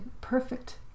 perfect